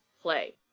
play